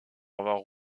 avoir